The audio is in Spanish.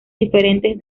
diferentes